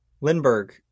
Lindbergh